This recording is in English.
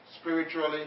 spiritually